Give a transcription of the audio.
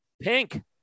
Pink